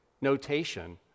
notation